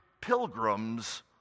pilgrims